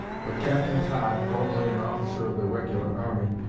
but captain todd, formerly an officer of the regular army,